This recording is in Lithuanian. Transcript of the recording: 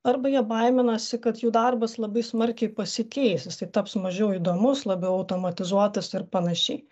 arba jie baiminasi kad jų darbas labai smarkiai pasikeis jisai taps mažiau įdomus labiau automatizuotas ir panašiai